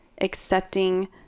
accepting